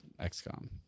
XCOM